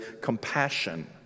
compassion